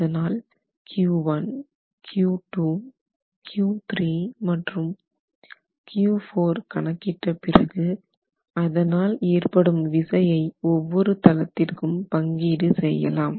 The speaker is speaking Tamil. அதனால் Q 1 Q 2 Q 3 மற்றும் Q 4 கணக்கிட்ட பிறகு அதனால் ஏற்படும் விசையை ஒவ்வொரு தளத்திற்கும் பங்கீடு செய்யலாம்